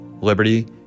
liberty